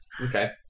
Okay